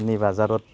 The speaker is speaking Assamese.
নি বজাৰত